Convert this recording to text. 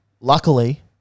luckily